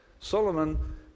solomon